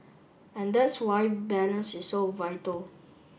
and that's why balance is so vital